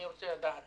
אני רוצה לדעת